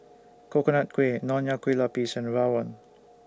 Coconut Kuih Nonya Kueh Lapis and Rawon